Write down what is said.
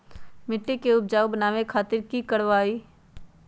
मिट्टी के उपजाऊ बनावे खातिर की करवाई?